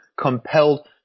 compelled